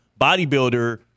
bodybuilder